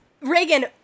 Reagan